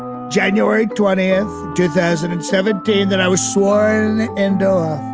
january twentieth, two thousand and seventeen, that i was sworn and